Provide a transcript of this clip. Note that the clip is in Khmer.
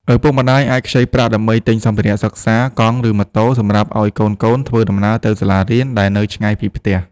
ឪពុកម្ដាយអាចខ្ចីប្រាក់ដើម្បីទិញសម្ភារៈសិក្សា កង់ ឬម៉ូតូ សម្រាប់ឱ្យកូនៗធ្វើដំណើរទៅសាលារៀនដែលនៅឆ្ងាយពីផ្ទះ។